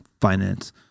finance